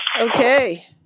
Okay